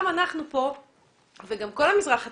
גם אנחנו, וכל המזרח התיכון,